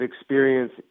experience